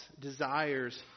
desires